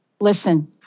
listen